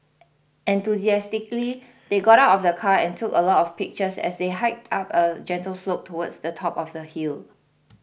enthusiastically they got out of the car and took a lot of pictures as they hiked up a gentle slope towards the top of the hill